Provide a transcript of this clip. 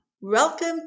Welcome